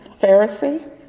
Pharisee